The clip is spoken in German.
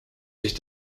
sich